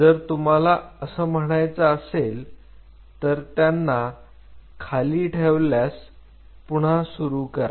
जर तुम्हाला असं म्हणायचं असेल तर त्यांना खाली ठेवण्यास सुरु करा